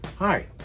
Hi